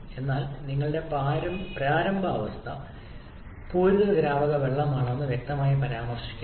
അതിനാൽ നിങ്ങളുടെ പ്രാരംഭ അവസ്ഥ പൂരിത ദ്രാവക വെള്ളമാണെന്ന് വ്യക്തമായി പരാമർശിച്ചിരിക്കുന്നു